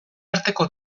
arteko